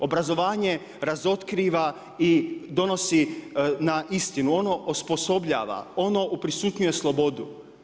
Obrazovanje razotkriva i donosi na istinu, ono osposobljava, ono uprisutnjuje slobodu.